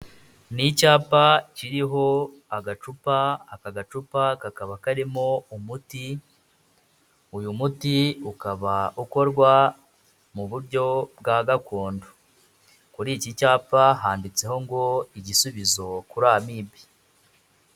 Ni icyapa kiriho agacupa, aka gacupa kakaba karimo umuti, uyu muti ukaba ukorwa mu buryo bwa gakondo. Kuri iki cyapa handitseho ngo igisubizo kuri Amibe.